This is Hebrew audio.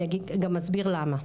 אני אגם אסביר למה.